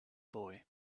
boy